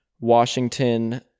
Washington